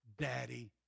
daddy